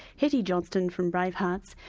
hetty johnston from bravehearts,